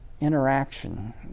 interaction